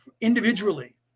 individually